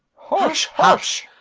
hush! hush!